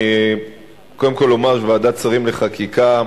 קודם כול אומר שוועדת שרים לחקיקה,